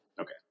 Okay